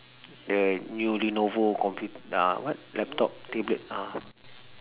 the new lenovo compu~ uh what laptop tablet ah